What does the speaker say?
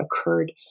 occurred